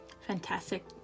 Fantastic